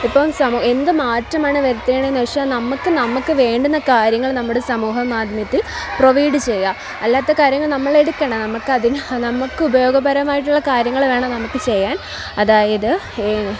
ഇപ്പം സമൂഹം എന്ത് മാറ്റമാണ് വരുത്തേണ്ടതെന്ന് വച്ചാൽ നമ്മൾക്ക് നമ്മൾക്ക് വേണ്ടുന്ന കാര്യങ്ങൾ നമ്മുടെ സമൂഹം മാധ്യമത്തിൽ പ്രൊവൈഡ് ചെയ്യുക അല്ലാത്ത കാര്യങ്ങൾ നമ്മൾ എടുക്കേണ്ട നമ്മൾക്ക് അതിന് നമ്മൾക്ക് ഉപയോഗകരമായിട്ടുള്ള കാര്യങ്ങൾ വേണം നമ്മൾക്ക് ചെയ്യാൻ അതായത്